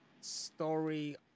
Story